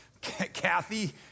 Kathy